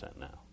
now